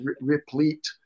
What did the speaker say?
replete